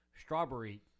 Strawberry